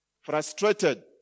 Frustrated